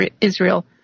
Israel